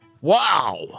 Wow